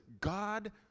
God